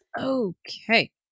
Okay